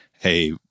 Hey